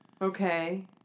okay